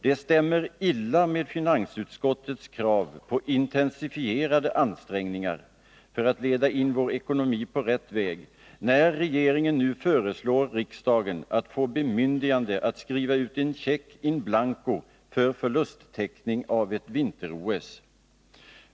Det stämmer illa med finansutskottets krav på intensifierade ansträngningar för att leda in vår ekonomi på rätt väg, när regeringen nu föreslår riksdagen att få bemyndigande att skriva ut en check in blanco för förlusttäckning av ett vinter-OS.